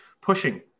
pushing